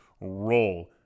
roll